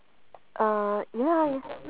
uh ya